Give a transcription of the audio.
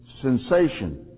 Sensation